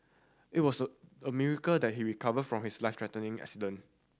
it was a miracle that he recovered from his life threatening accident